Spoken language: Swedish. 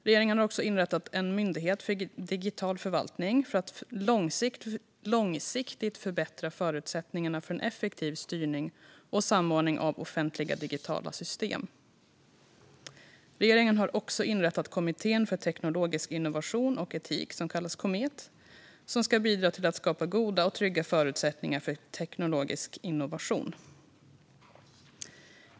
Regeringen har inrättat en myndighet för digital förvaltning för att långsiktigt förbättra förutsättningarna för en effektiv styrning och en samordning av offentliga digitala system. Riksrevisionens rapport om Konkur-rensverkets tillsyn Regeringen har också inrättat Kommittén för teknologisk innovation och etik, som kallas Komet. Den ska bidra till att skapa goda och trygga förutsättningar för teknologisk innovation.